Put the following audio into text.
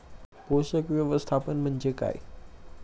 पोषक व्यवस्थापन म्हणजे काय?